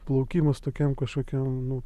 plaukimas tokiam kažkokiam nu